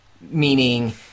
Meaning